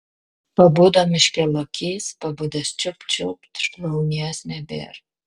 pabudo miške lokys pabudęs čiupt čiupt šlaunies nebėr